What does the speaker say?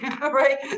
right